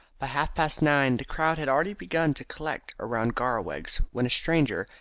by half-past nine the crowd had already begun to collect around garraweg's, when a stranger,